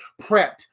prepped